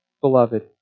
beloved